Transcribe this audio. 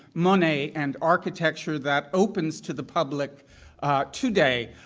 monet and architecture, that opens to the public today.